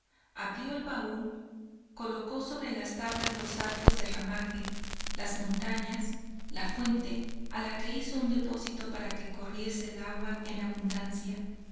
abrió el baúl colocó sobre las tablas los arcos de ramaje las montañas la fuente a la que hizo un depósito para que corriese el agua en abundancia